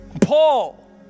Paul